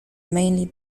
mainly